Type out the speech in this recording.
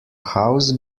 house